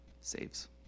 saves